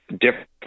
different